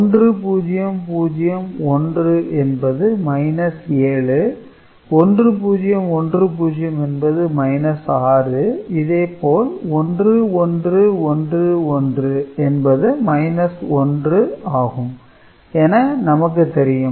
1001 என்பது 7 1010 என்பது 6 இதே போல் 1111 என்பது 1 ஆகும் என நமக்கு தெரியும்